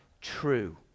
true